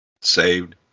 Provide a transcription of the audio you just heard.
saved